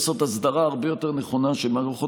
לעשות הסדרה הרבה יותר נכונה של מערכות